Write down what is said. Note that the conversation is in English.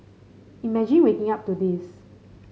imagine waking up to this